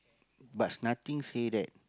but nothing say that